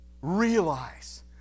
realize